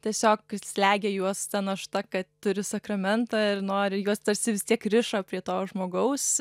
tiesiog slegia juos ta našta kad turi sakramentą ir nori juos tarsi vis tiek rišo prie to žmogaus